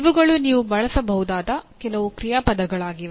ಇವುಗಳು ನೀವು ಬಳಸಬಹುದಾದ ಕೆಲವು ಕ್ರಿಯಾಪದಗಳಾಗಿವೆ